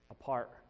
apart